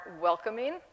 welcoming